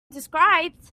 described